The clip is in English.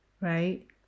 right